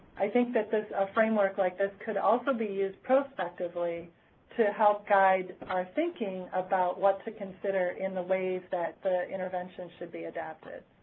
i think that this, a framework like this could also be used prospectively to help guide our thinking about what to consider in the ways that the intervention should be adapted.